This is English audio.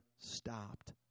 stopped